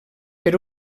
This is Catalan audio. per